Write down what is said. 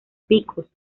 picos